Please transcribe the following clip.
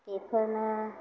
बेफोरनो